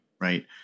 right